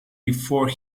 before